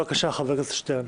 בבקשה, חבר הכנסת שטרן.